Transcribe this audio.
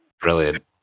Brilliant